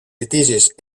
litigis